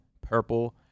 purple